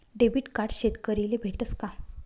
Debit card शेतकरीले भेटस का?